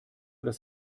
dass